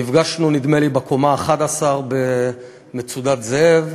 נפגשנו, נדמה לי, בקומה 11 ב"מצודת זאב",